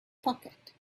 pocket